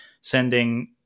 sending